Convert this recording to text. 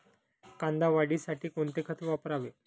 कांदा वाढीसाठी कोणते खत वापरावे?